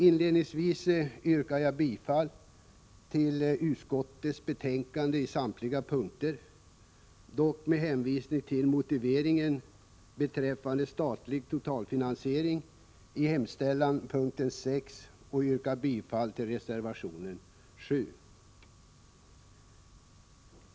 Inledningsvis yrkar jag bifall till utskottets hemställan på samtliga punkter, med undantag av motiveringen beträffande mom. 6 om statlig totalfinansiering, där jag yrkar bifall till reservation 7.